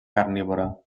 carnívora